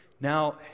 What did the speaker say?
Now